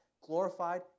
glorified